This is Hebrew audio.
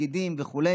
תפקידים וכו'.